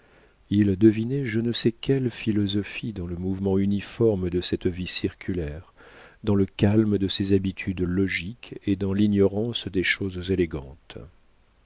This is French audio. il devinait je ne sais quelle philosophie dans le mouvement uniforme de cette vie circulaire dans le calme de ces habitudes logiques et dans l'ignorance des choses élégantes